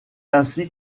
ainsi